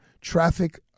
traffic